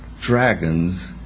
dragons